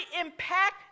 impact